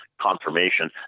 confirmation